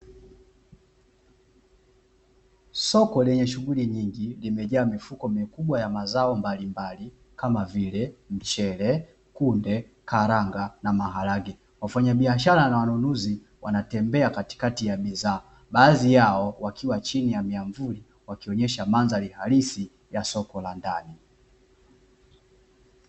Soko lenye shughuli nyingi limejaa mifuko mikubwa mazao mbalimbali, kama vile mchele, kunde, karanga na maharage, wafanyabiashara na wanunuzi wanatembea katikati ya bidhaa, baadhi yao wakiwa chini ya miamvuli, wakionyesha mandhari ya halisi ya soko la ndani.